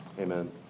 Amen